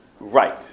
Right